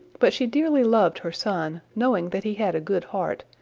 but she dearly loved her son, knowing that he had a good heart,